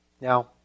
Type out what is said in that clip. Now